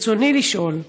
ברצוני לשאול: